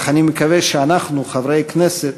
אך אני מקווה שאנחנו, חברי הכנסת,